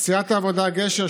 סיעת העבודה-גשר,